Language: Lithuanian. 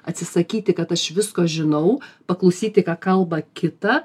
atsisakyti kad aš visko žinau paklausyti ką kalba kita